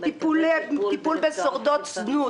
אסור לנו לשכוח: טיפול בשורדות זנות,